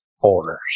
orders